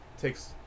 takes